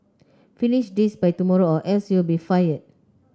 finish this by tomorrow or else you'll be fired